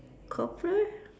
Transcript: corporal